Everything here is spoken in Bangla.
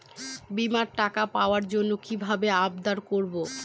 বিমার টাকা পাওয়ার জন্য কিভাবে আবেদন করব?